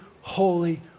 holy